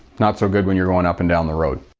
not so good when you're going up and down the road.